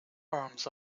arms